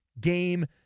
Game